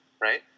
right